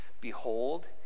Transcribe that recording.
behold